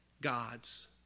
God's